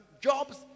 jobs